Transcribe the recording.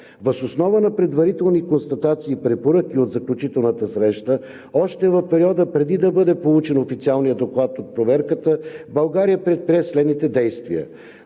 Въз основа на предварителните констатации и препоръки от заключителната среща, още в периода преди да бъде получен официалният доклад от проверката, България предприе следните действия: